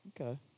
Okay